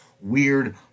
weird